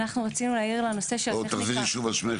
שתיקחו את הלוח גאנט ואת החלקים הראשונים שלו תצמידו קצת אחד לשני,